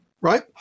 right